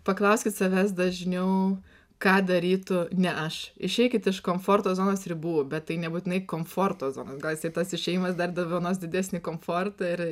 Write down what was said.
paklauskit savęs dažniau ką darytų ne aš išeikit iš komforto zonos ribų bet tai nebūtinai komforto zonos gal jisai tas išėjimas dar dovanos didesnį komfortą ir